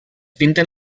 pinten